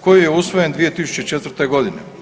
koji je usvojen 2004.g.